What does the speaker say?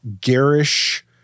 garish